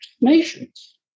nations